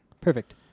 Perfect